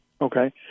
okay